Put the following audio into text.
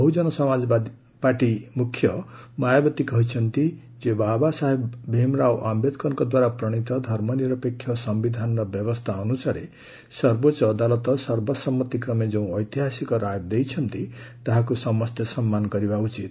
Bahujan Samajwadi party ମୁଖ୍ୟ ମାୟାବତୀ କହିଛନ୍ତି ଯେ ବାବା ସାହେବ ଭୀମରାଓ ଆୟେଦକରଙ୍କ ଦ୍ୱାରା ପ୍ରଣୀତ ଧର୍ମନିରପେକ୍ଷ ସମ୍ଭିଧାନର ବ୍ୟବସ୍ଥା ଅନୁସାରେ ସର୍ବୋଚ୍ଚ ଅଦାଲତ ସର୍ବସମ୍ମତିକ୍ରମେ ଯେଉଁ ଐତିହାସିକ ରାୟ ଦେଇଛନ୍ତି ତାହାକୁ ସମସ୍ତେ ସମ୍ମାନ କରିବା ଉଚିତ